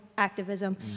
activism